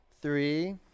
Three